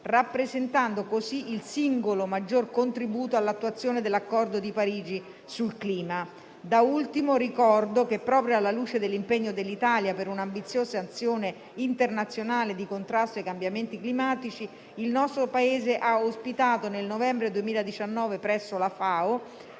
rappresentando così il singolo maggior contributo all'attuazione dell'Accordo di Parigi sul clima. Da ultimo ricordo che, proprio alla luce dell'impegno dell'Italia per un'ambiziosa azione internazionale di contrasto ai cambiamenti climatici, nel novembre 2019 presso